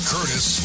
Curtis